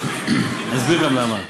אסביר גם למה.